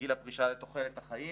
גיל הפרישה לתוחלת החיים.